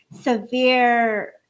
severe